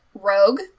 Rogue